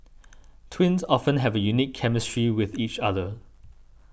twins often have a unique chemistry with each other